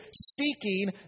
seeking